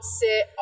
sit